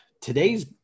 today's